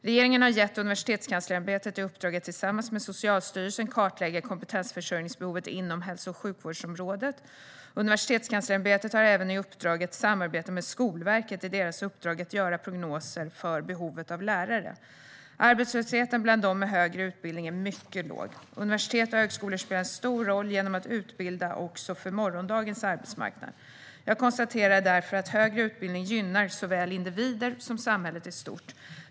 Regeringen har gett Universitetskanslersämbetet i uppdrag att tillsammans med Socialstyrelsen kartlägga kompetensförsörjningsbehovet inom hälso och sjukvårdsområdet. Universitetskanslersämbetet har även i uppdrag att samarbeta med Skolverket i deras uppdrag att göra prognoser för behovet av lärare. Arbetslösheten bland dem med högre utbildning är mycket låg. Universitet och högskolor spelar en stor roll genom att utbilda också för morgondagens arbetsmarknad. Jag konstaterar därför att högre utbildning gynnar såväl individer som samhället i stort.